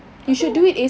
aku